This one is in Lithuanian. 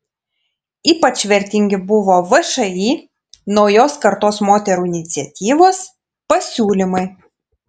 ypač vertingi buvo všį naujos kartos moterų iniciatyvos pasiūlymai